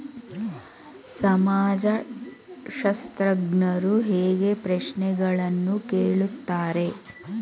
ಸಮಾಜಶಾಸ್ತ್ರಜ್ಞರು ಹೇಗೆ ಪ್ರಶ್ನೆಗಳನ್ನು ಕೇಳುತ್ತಾರೆ?